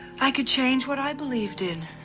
i could change what i believed in.